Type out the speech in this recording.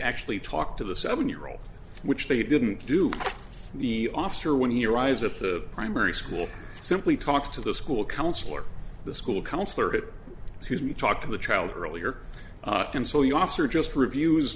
actually talk to the seven year old which they didn't do the officer when he arrives at the primary school simply talk to the school counselor the school counsellor it to talk to the child earlier and so you officer just reviews